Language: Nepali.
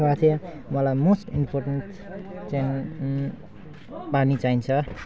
मलाई मोस्ट इम्पोर्टेन्ट चाहिँ पानी चाहिन्छ